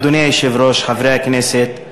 אדוני היושב-ראש, חברי הכנסת,